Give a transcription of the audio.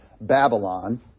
Babylon